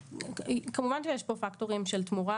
כמובן שיש פה פקטורים של תמורה.